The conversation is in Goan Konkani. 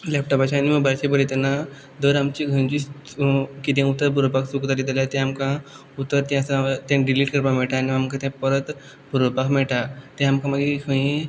लेपटोपाचेर आनी मोबायलाचेर बरयता तेन्ना दर आमची खंयची च कितें बरोवपाक बीन चुकलें जाल्यार तें आमकां उतर तें आसा तें डिलीट करपा मेळटा आनी तें आमकां परत बरोवपाक मेळटा तें मागीर आमकां खंयय